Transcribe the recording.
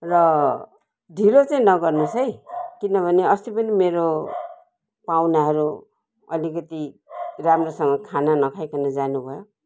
र ढिलो चाहिँ नगर्नुहोस् है किनभने अस्ति पनि मेरो पाहुनाहरू अलिकति राम्रोसँग खाना नखाइकन जानुभयो